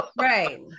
Right